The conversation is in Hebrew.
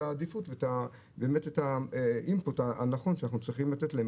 העדיפות ואת האינפוט הנכון שאנחנו צריכים לתת להם.